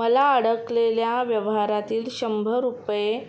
मला अडकलेल्या व्यवहारातील शंभर रुपये